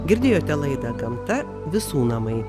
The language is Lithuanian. girdėjote laidą gamta visų namai